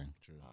True